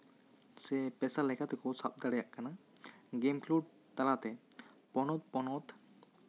ᱥᱮ ᱯᱮᱥᱟ ᱞᱮᱠᱟ ᱛᱮᱠᱚ ᱥᱟᱵ ᱫᱟᱲᱮᱭᱟᱜ ᱠᱟᱱᱟ ᱜᱮᱢ ᱠᱷᱮᱞᱳᱰ ᱛᱟᱞᱟᱛᱮ ᱯᱚᱱᱚᱛ ᱯᱚᱱᱚᱛ